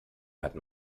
hatten